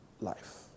life